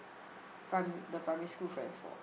prim~ the primary school friends' fault